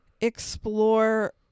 explore